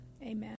Amen